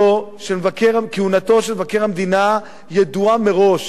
כהונתו של מבקר המדינה ידוע מראש,